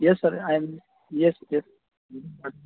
yes sir I am yes yes